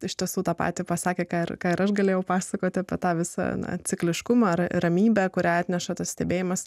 iš tiesų tą patį pasakė ką ir ką ir aš galėjau pasakoti apie tą visą na cikliškumą ar ramybę kurią atneša tas stebėjimas